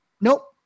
Nope